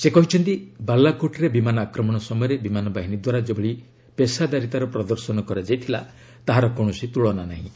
ସେ କହିଛନ୍ତି ବାଲାକୋଟ୍ରେ ବିମାନ ଆକ୍ରମଣ ସମୟରେ ବିମାନ ବାହିନୀ ଦ୍ୱାରା ଯେଭଳି ପେଷାଦାରିତାର ପ୍ରଦର୍ଶନ କରାଯାଇଥିଲା ତାହାର କୌଣସି ତୁଳନା ନାହିଁ